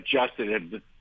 adjusted